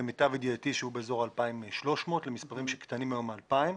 מספרים שלמיטב ידיעתי היו באזור ה-2,300 למספרים שהיום קטנים מ-2,000.